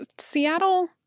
Seattle